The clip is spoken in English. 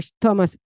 Thomas